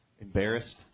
embarrassed